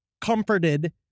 comforted